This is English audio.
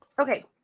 Okay